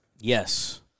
Yes